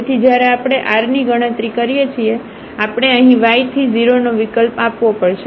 તેથી જ્યારે આપણે r ની ગણતરી કરીએ છીએ તેથી આપણે અહીં y થી 0 નો વિકલ્પ આપવો પડશે